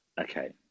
Okay